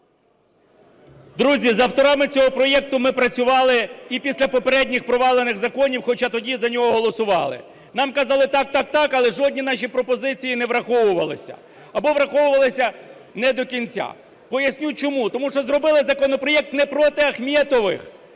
Друзі, з авторами цього проекту ми працювали і після попередніх провалених законів, хоча тоді за нього голосували. Нам казали: "Так, так, так". Але жодні наші пропозиції не враховувалися або враховувалися не до кінця. Поясню чому. Тому що зробили законопроект не проти Ахметових,